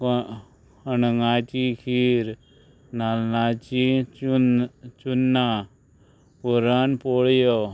अणणाची खीर नाल्लाची चुन चुन्नां पुरन पोळयो